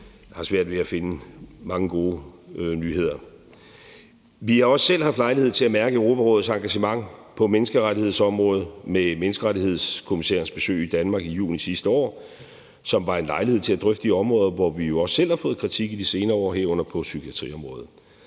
man har svært ved at finde mange gode nyheder. Kl. 12:50 Vi har også selv haft lejlighed til at mærke Europarådets engagement på menneskerettighedsområdet med menneskerettighedskommissærens besøg i Danmark i juni sidste år, som var en lejlighed til at drøfte de områder, hvor vi jo også selv har fået kritik i de senere år, herunder på psykiatriområdet.